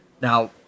Now